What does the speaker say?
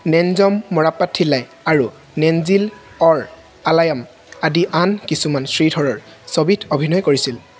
নেনজম মৰাপ্পাথিল্লাই আৰু নেনজিল অৰ আলায়াম আদি আন কিছুমান শ্ৰীধৰৰ ছবিত অভিনয় কৰিছিল